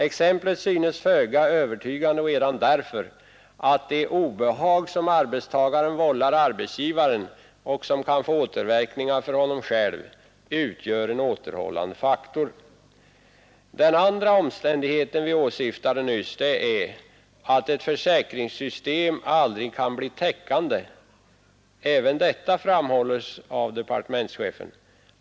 Exemplet synes föga övertygande redan därför att det obehag som arbetstagaren vållar arbetsgivaren och som kan få återverkningar för honom själv utgör en återhållande faktor. Den andra omständighet vi åsyftade nyss är att ett försäkringssystem aldrig kan bli täckande. Även detta framhålls av departementschefen.